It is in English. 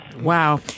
Wow